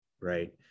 right